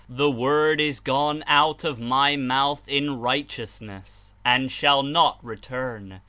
the word is gone out of my mouth in righteousness, and shall not return,